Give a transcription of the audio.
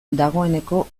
dagoeneko